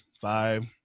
five